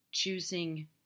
choosing